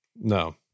No